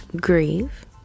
grieve